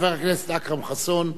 חבר הכנסת אכרם חסון,